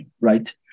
right